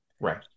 Right